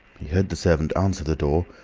he heard the servant answer the door,